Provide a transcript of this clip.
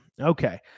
Okay